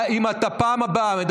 אל תאיים עלינו, נורבגי.